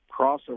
crossover